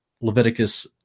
Leviticus